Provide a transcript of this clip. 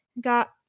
got